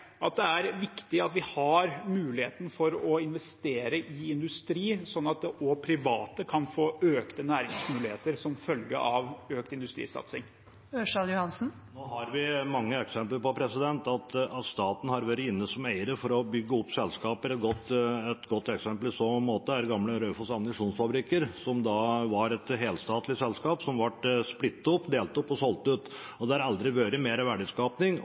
at det er viktig at vi har muligheten for å investere i industri, sånn at også private kan få økte næringsmuligheter som følge av økt industrisatsing? Nå har vi mange eksempler på at staten har vært inne som eier for å bygge opp selskaper. Et godt eksempel i så måte er gamle Raufoss Ammunisjonsfabrikker, som var et helstatlig selskap som ble splittet opp og solgt ut. Det har aldri vært